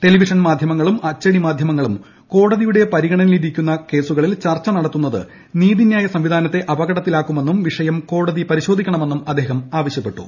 television മാധ്യമങ്ങളും അച്ചടി മാധ്യമങ്ങളും കോടതിയുടെ പരിഗണനയിലിരിക്കുന്ന ക്ക്സുകളിൽ ചർച്ച നടത്തുന്നത് നീതിന്യായ സംവിധാനത്ത് അപകടത്തിലാക്കുമെന്നും വിഷയം കോടതി പരിശോധിക്ക്ണ്ടു്മന്നും അദ്ദേഹം ആവശ്യപ്പെട്ടു